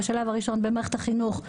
במערכת החינוך בשלב הראשון,